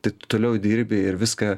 tai tu toliau dirbi ir viską